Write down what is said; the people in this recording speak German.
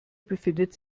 befindet